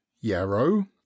Yarrow